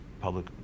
public